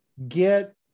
get